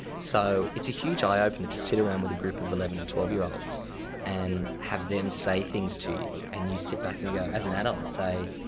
so it's a huge eye-opener to sit around with a group of eleven and twelve year olds and have them say things to you, and you sit back and go, as an adult say,